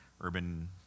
urban